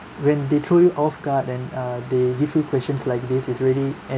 when they throw you off guard and uh they give you questions like this is really